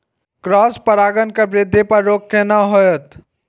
Cross परागण के वृद्धि पर रोक केना होयत?